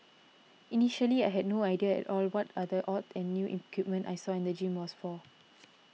initially I had no idea at all what are the odd and new equipment I saw in the gym was for